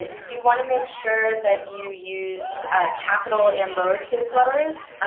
you want to make sure that you use capital and lowercase letters.